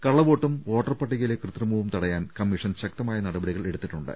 കള്ളവോട്ടും വോട്ടർപട്ടികയിലെ കൃത്രിമവും തടയാൻ കമ്മീഷൻ ശക്തമായ നടപടികൾ എടുത്തിട്ടുണ്ട്